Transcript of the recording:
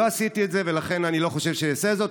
לא עשיתי את זה ולכן אני לא חושב שאני אעשה את זה.